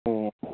ꯑꯣ